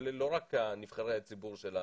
לא רק נבחרי הציבור שלה